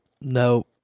no